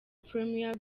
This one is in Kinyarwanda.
premier